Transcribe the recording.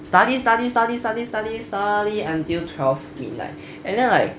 study study study study study study until twelve midnight and then like